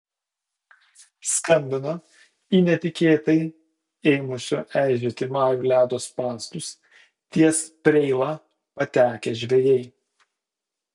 skambino į netikėtai ėmusio eižėti marių ledo spąstus ties preila patekę žvejai